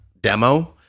demo